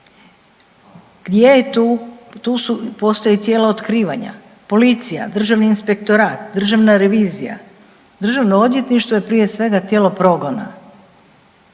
Gdje je tu su postoje tijela otkrivanja, policija, Državni inspektorat, Državna revizija? DORH je prije svega tijelo progona.